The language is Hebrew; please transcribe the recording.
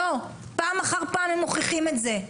פעם אחר פעם הם מוכיחים את זה.